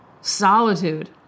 solitude